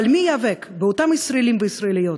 אבל מי ייאבק באותם ישראלים וישראליות